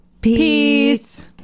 Peace